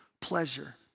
pleasure